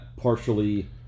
partially